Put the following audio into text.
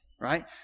right